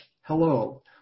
hello